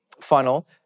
funnel